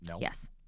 Yes